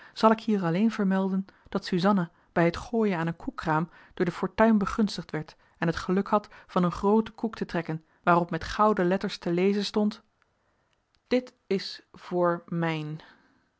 zal ik hier alleen vermelden dat suzanna bij het gooien aan een koekkraam door de fortuin begunstigd werd en het geluk had van een grooten koek te trekken waarop met gouden letters te lezen stond dit is voor mijn